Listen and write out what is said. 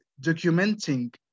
documenting